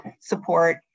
support